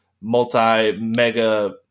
multi-mega